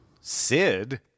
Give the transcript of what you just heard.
Sid